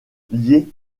liées